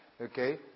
Okay